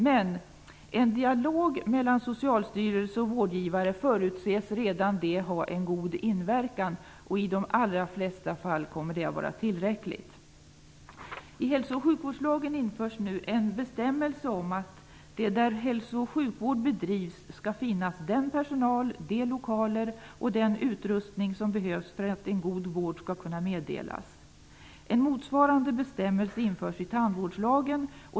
Men en dialog mellan Socialstyrelsen och vårdgivare förutses redan ha en god inverkan, och i de allra flesta fall kommer det att vara tillräckligt. I hälso och sjukvårdslagen införs nu en bestämmelse om att det där hälso och sjukvård bedrivs skall finnas den personal, de lokaler och den utrustning som behövs för att en god vård skall kunna meddelas. En motsvarande bestämmelse införs i tandvårdslagen.